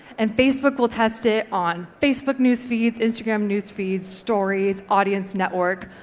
and facebook will test it on facebook news feeds, instagram news feeds, stories, audience network,